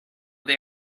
they